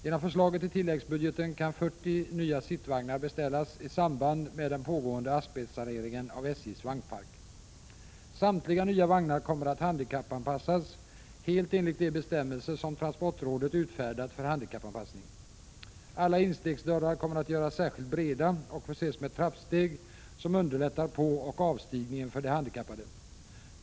Genom förslaget i tilläggsbudgeten kan 40 nya sittvagnar beställas i samband med den pågående asbestsaneringen av SJ:s vagnpark. Samtliga nya vagnar kommer att handikappanpassas helt enligt de bestämmelser som transportrådet utfärdat för handikappanpassning. Alla instegsdörrar kommer att göras särskilt breda och förses med trappsteg, som underlättar påoch avstigningen för de handikappade.